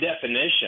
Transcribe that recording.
definition